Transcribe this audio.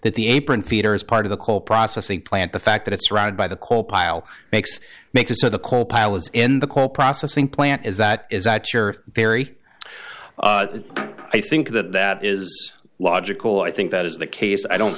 that the apron feeder is part of the coal processing plant the fact that it's surrounded by the coal pile makes makes it so the co pilot's in the coal processing plant is that is that you're very i think that that is logical i think that is the case i don't